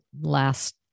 last